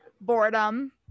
boredom